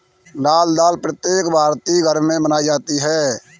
लाल दाल प्रत्येक भारतीय घर में बनाई जाती है